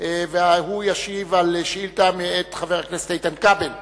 הוא ישיב על שאילתא מאת חבר הכנסת איתן כבל בנושא: